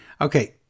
Okay